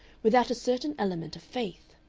without a certain element of faith.